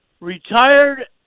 retired